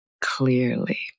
clearly